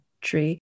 tree